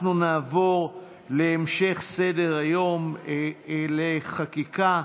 אנחנו נעבור להמשך סדר-היום, לחקיקה,